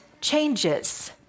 changes